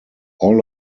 all